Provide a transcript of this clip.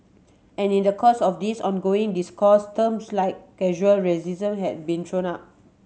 and in the course of this ongoing discourse terms like casual racism have been thrown up